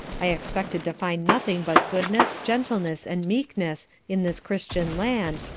i expected to find nothing but goodness, gentleness and meekness in this christian land,